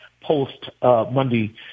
post-Monday